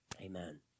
Amen